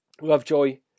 Lovejoy